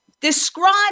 Describe